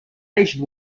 asian